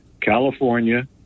California